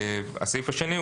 הסעיף השני,